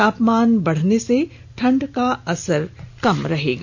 तापमान बढ़ने से ठंड का असर नहीं होगा